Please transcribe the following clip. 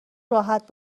راحت